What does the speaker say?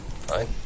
fine